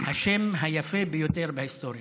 השם היפה ביותר בהיסטוריה.